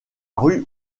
rue